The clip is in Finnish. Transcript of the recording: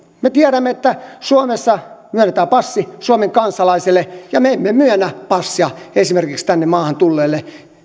me tiedämme että suomessa myönnetään passi suomen kansalaiselle ja me emme myönnä passia esimerkiksi tänne maahan tulleelle